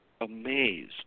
amazed